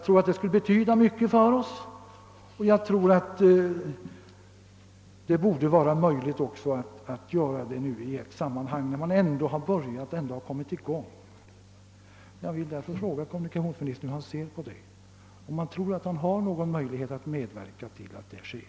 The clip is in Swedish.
Detta skulle betyda mycket för oss, och det borde vara möjligt att slutföra arbetet i ett sammanhang när det ändå har kommit i gång. Jag vill därför fråga hur kommunikationsministern ser på detta och om han tror sig ha några möjligheter att medverka till att så sker.